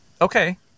Okay